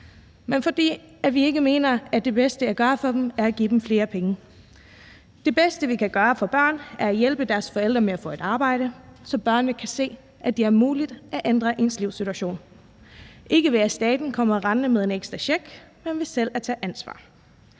men fordi vi ikke mener, at det bedste at gøre for dem er at give dem flere penge. Det bedste, vi kan gøre for børn, er at hjælpe deres forældre med at få et arbejde, så børnene kan se, at det er muligt at ændre ens livssituation, ikke ved at staten kommer rendende med en ekstra check, men ved selv at tage ansvar.